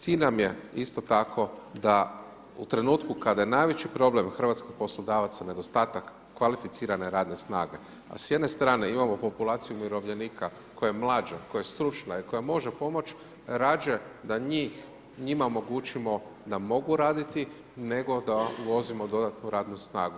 Cilj nam je isto tako da u trenutku kada je najveći problem hrvatskih poslodavaca nedostatak kvalificirane radne snage, a s jedne strane imamo populaciju umirovljenika koja je mlađa, koja je stručna i koja može pomoć, radije da njima omogućimo da mogu raditi nego da uvozimo dodatnu radnu snagu.